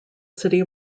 city